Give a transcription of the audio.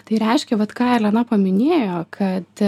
tai reiškia vat ką elena paminėjo kad